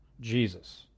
Jesus